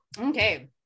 Okay